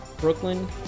Brooklyn